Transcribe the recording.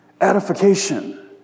edification